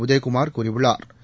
உதயகுமாா் கூறியுள்ளாா்